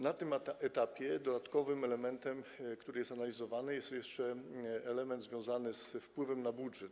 Na tym etapie dodatkowym elementem, który jest analizowany, jest jeszcze element związany z wpływem na budżet.